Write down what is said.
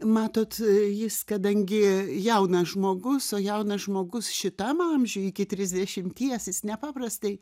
matot jis kadangi jaunas žmogus o jaunas žmogus šitam amžiuj iki trisdešimties jis nepaprastai